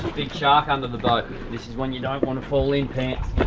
big shark under the boat. this is when you don't wanna fall in pants.